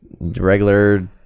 regular